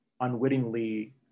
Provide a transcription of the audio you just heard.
unwittingly